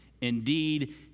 Indeed